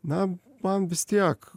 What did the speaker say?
na man vis tiek